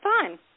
fine